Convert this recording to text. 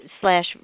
slash